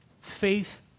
faith